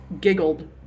giggled